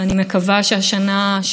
שנת שלום וביטחון,